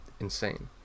insane